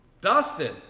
Dustin